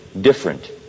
different